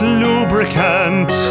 lubricant